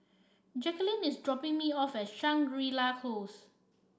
Jacquelyn is dropping me off Shangri La Close